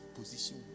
position